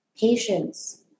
patience